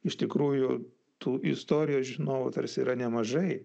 iš tikrųjų tų istorijos žinovų tarsi yra nemažai